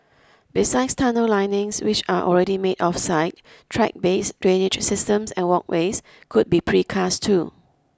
besides tunnel linings which are already made off site track beds drainage systems and walkways could be precast too